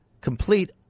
complete